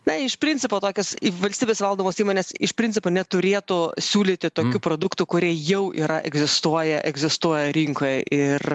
na iš principo tokios valstybės valdomos įmonės iš principo neturėtų siūlyti tokių produktų kurie jau yra egzistuoja egzistuoja rinkoj ir